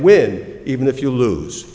wid even if you lose